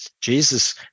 Jesus